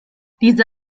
diese